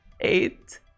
Eight